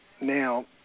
now